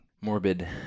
Morbid